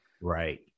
Right